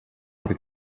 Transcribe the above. per